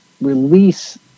release